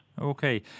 Okay